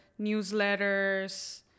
newsletters